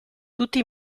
tutti